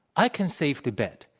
i can safely bet,